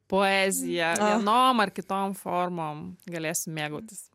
poeziją vienom ar kitom formom galėsim mėgautis